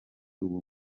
uwo